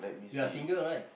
you're single right